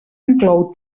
inclou